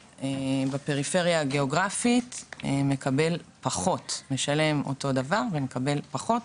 בפריפריה הגיאוגרפית הוא משלם אותו דבר ומקבל פחות.